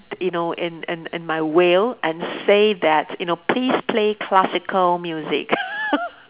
you know in in in my will and say that you know please play classical music